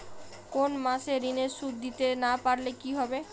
কোন মাস এ ঋণের সুধ দিতে না পারলে কি হবে?